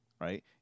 right